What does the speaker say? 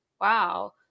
wow